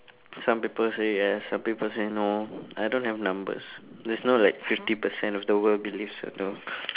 some people say yes some people say no I don't have numbers there's no like fifty percent of the world believes and all